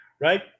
right